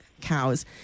cows